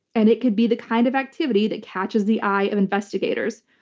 and it could be the kind of activity that catches the eye of investigators.